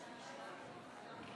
ההצעה לא התקבלה